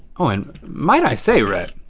oh and might i say, rhett,